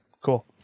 Cool